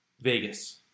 Vegas